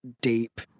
deep